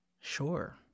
Sure